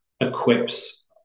equips